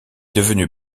devenu